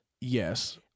Yes